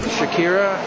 Shakira